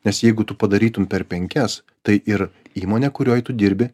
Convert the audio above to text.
nes jeigu tu padarytum per penkias tai ir įmonė kurioj tu dirbi